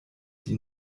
die